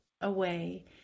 away